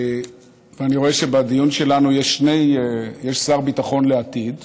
אני רואה שבדיון שלנו יש שר ביטחון לעתיד.